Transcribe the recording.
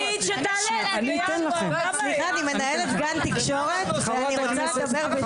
אני מנהלת גן תקשורת ואני רוצה לדבר בשם המורים.